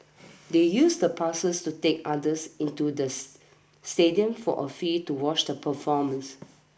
they used the passes to take others into the stadium for a fee to watch the performance